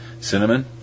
cinnamon